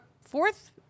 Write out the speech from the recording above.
fourth